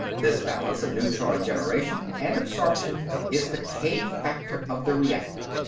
this balance of neutron generation and absorption is the k-factor of the reactor.